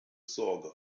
sorge